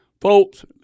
Folks